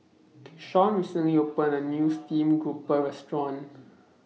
Keshawn recently opened A New Stream Grouper Restaurant